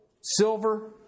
silver